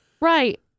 Right